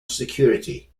security